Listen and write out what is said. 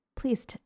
please